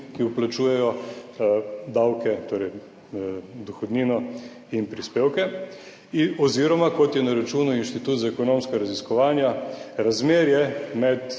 ki vplačujejo davke, torej dohodnino in prispevke oziroma kot je na račun Inštitut za ekonomska raziskovanja razmerje med